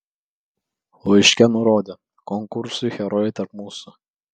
laiške nurodė konkursui herojai tarp mūsų